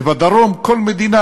ובדרום כל מדינה,